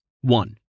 One